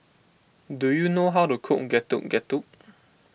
do you know how to cook Getuk Getuk